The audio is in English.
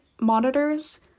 monitors